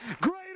Greater